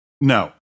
No